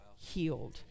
healed